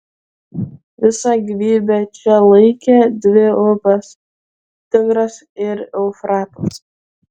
visą gyvybę čia laikė dvi upės tigras ir eufratas